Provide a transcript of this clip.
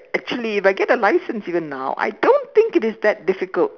actually if I get the license even now I don't think it is that difficult